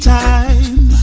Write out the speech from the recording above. time